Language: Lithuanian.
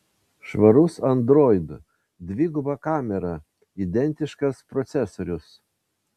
švarus android dviguba kamera identiškas procesorius